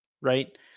right